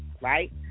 right